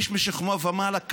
איש משכמו ומעלה.